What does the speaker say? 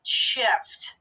shift